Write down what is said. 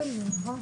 בזום.